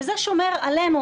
וזה שומר עלינו,